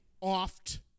oft